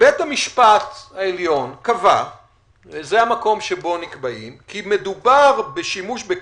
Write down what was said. בית המשפט העליון קבע כי מדובר בשימוש בכלי,